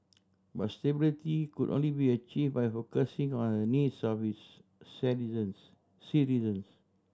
but stability could only be achieve by focusing on the needs of its citizens